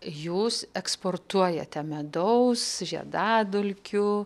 jūs eksportuojate medaus žiedadulkių